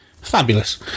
Fabulous